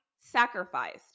sacrificed